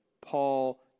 Paul